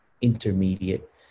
intermediate